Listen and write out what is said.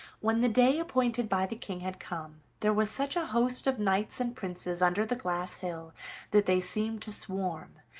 when the day appointed by the king had come, there was such a host of knights and princes under the glass hill that they seemed to swarm,